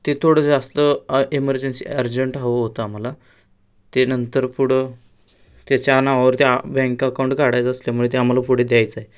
ते थोडं जास्त एमर्जन्सी अर्जंट हवं होतं आम्हाला ते नंतर पुढं त्याच्या नावावर त्या बँक अकाउंट काढायचं असल्यामुळे ते आम्हाला पुढे द्यायचं आहे